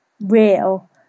real